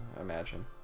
imagine